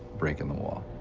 break in the wall.